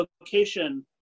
location